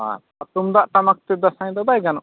ᱟᱨ ᱛᱩᱢᱫᱟᱜ ᱴᱟᱢᱟᱠ ᱛᱮ ᱫᱟᱸᱥᱟᱭ ᱫᱚ ᱵᱟᱭ ᱜᱟᱱᱚᱜᱼᱟ